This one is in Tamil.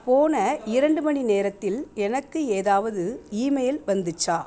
போன இரண்டு மணி நேரத்தில் எனக்கு ஏதாவது ஈமெயில் வந்துச்சா